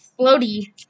Floaty